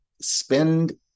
spend